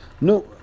No